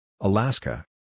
Alaska